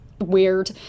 weird